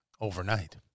overnight